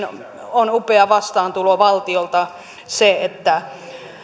on upea vastaantulo valtiolta se että